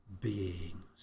beings